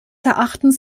erachtens